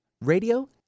Radio